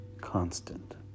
constant